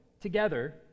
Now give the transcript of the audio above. together